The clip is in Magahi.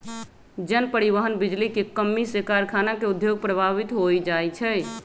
जन, परिवहन, बिजली के कम्मी से कारखाना के उद्योग प्रभावित हो जाइ छै